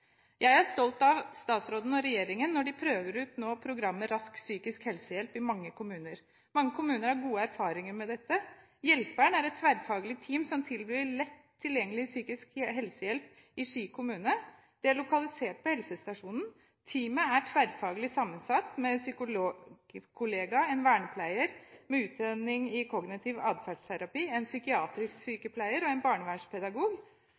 Jeg er stolt av statsråden og regjeringen når de nå prøver ut programmet Rask psykisk helsehjelp i mange kommuner. Mange kommuner har gode erfaringer med dette. Hjelper’n er et tverrfaglig team som tilbyr lett tilgjengelig psykisk helsehjelp i Ski kommune. De er lokalisert på helsestasjonen. Teamet er tverrfaglig sammensatt av en psykolog, en vernepleier med utdanning i kognitiv atferdsterapi, en psykiatrisk sykepleier og en barnevernspedagog.